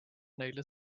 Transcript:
neile